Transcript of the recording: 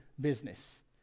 business